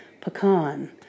pecan